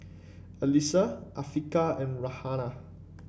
Alyssa Afiqah and Raihana